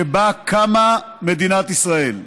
שבה קמה מדינת ישראל.